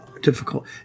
Difficult